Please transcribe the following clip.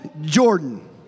Jordan